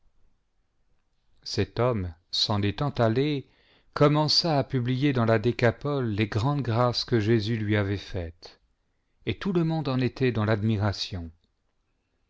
cet homme s'en étant allé commença à publier dans la décapole les grandes grâces que jésus lui avait faites et tout le monde en était dans l'admiration